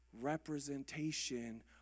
representation